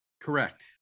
Correct